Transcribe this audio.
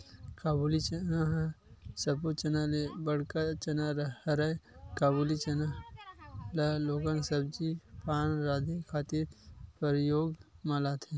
काबुली चना ह सब्बो चना ले बड़का चना हरय, काबुली चना ल लोगन सब्जी पान राँधे खातिर परियोग म लाथे